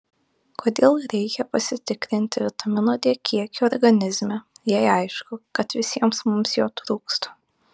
kodėl reikia pasitikrinti vitamino d kiekį organizme jei aišku kad visiems mums jo trūksta